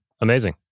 Amazing